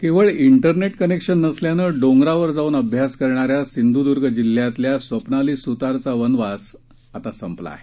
केवळ internet connection नसल्यानं डोंगरावर जाऊन अभ्यास करणाऱ्या सिंधुदुर्ग जिल्ह्यातल्या स्वप्नाली सुतारचा वनवास संपला आहे